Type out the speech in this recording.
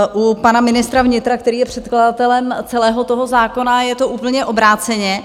U pana ministra vnitra, který je předkladatelem celého toho zákona, je to úplně obráceně.